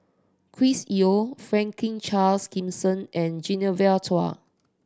Chris Yeo Franklin Charles Gimson and Genevieve Chua